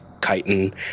chitin